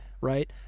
right